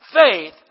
faith